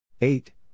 Eight